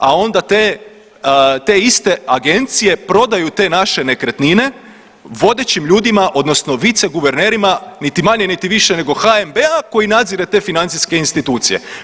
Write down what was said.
A onda te iste agencije prodaju te naše nekretnine vodećim ljudima odnosno viceguvernerima niti manje niti više nego HNB-a koji nadzire te financijske institucije.